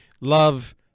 love